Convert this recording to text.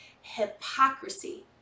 hypocrisy